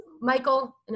Michael